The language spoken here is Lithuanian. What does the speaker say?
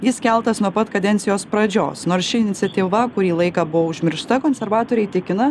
jis keltas nuo pat kadencijos pradžios nors ši iniciatyva kurį laiką buvo užmiršta konservatoriai tikina